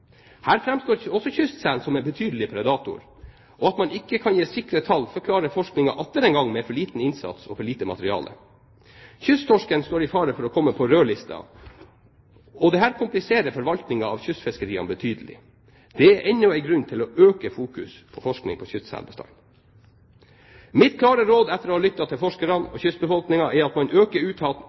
Her framstår også kystselen som en betydelig predator, og at man ikke kan gi sikre tall, forklarer forskningen atter en gang med for liten innsats og for lite materiale. Kysttorsken står i fare for å komme på rødlista, og dette kompliserer forvaltningen av kystfiskeriene betydelig. Det er enda en grunn til å øke fokus på kystselbestanden. Mitt klare råd etter å ha lyttet til forskerne og kystbefolkningen er at man øker